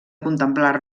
contemplar